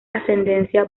ascendencia